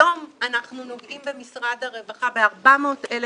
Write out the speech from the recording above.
היום אנחנו נוגעים במשרד הרווחה ב-400,000